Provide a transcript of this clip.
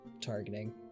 targeting